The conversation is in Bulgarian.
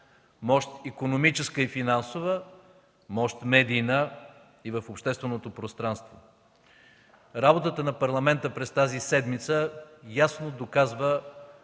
мощ икономическа и финансова, мощ медийна и в общественото пространство. Работата на Парламента през тази седмица ясно доказва